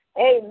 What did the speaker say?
amen